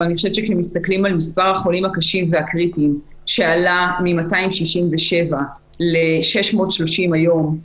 אבל כשמסתכלים על מספר החולים הקשים והקריטיים שעלה מ-267 ל-630 היום,